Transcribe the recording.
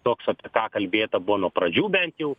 toks apie ką kalbėta buvo nuo pradžių bent jau